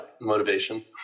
motivation